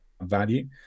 value